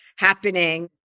happening